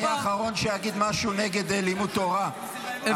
אני האחרון שאגיד משהו נגד לימוד תורה,